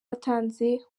yatanze